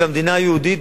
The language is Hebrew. והמדינה היהודית,